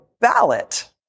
ballot